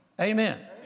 Amen